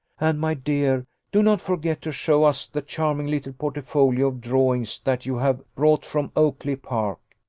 and, my dear, do not forget to show us the charming little portfolio of drawings that you have brought from oakly-park.